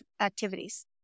activities